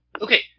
Okay